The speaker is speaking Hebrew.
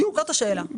זאת השאלה.